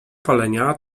palenia